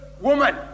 woman